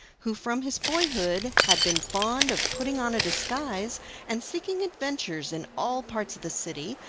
who from his boyhood had been fond of putting on a disguise and seeking adventures in all parts of the city,